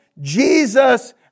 Jesus